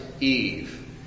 Eve